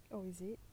oh is it